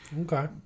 Okay